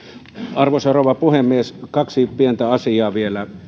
arvoisa rouva puhemies kaksi pientä asiaa vielä